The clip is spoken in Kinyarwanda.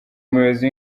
umuyobozi